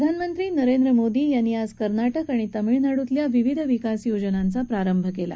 प्रधानमंत्री नरेंद्र मोदी यांनी आज कर्नाटक आणि तमिळनाडूतल्या विविध विकासयोजनांचा प्रारंभ केला